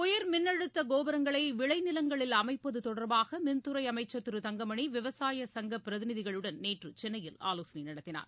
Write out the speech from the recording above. உயர் மின்னழுத்த கோபுரங்களை விளை நிலங்களில் அமைப்பது தொடர்பாக மின்துறை அமைச்சர் திரு தங்கமணி விவசாய சங்க பிரதிநிதிகளுடன் நேற்று சென்னையில் ஆலோசனை நடத்தினார்